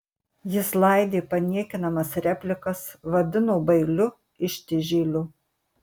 jis laidė paniekinamas replikas vadino bailiu ištižėliu